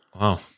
Wow